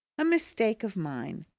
a mistake of mine.